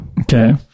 okay